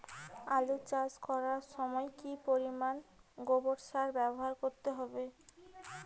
আলু চাষ করার সময় কি পরিমাণ গোবর সার ব্যবহার করতে হবে?